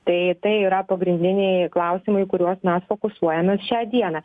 tai tai yra pagrindiniai klausimai kuriuos mes fokusuojame šią dieną